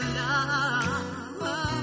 love